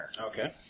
Okay